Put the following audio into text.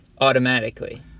automatically